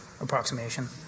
approximation